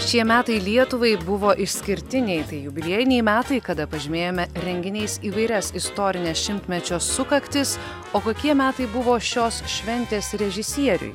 šie metai lietuvai buvo išskirtiniai tai jubiliejiniai metai kada pažymėjome renginiais įvairias istorines šimtmečio sukaktis o kokie metai buvo šios šventės režisieriui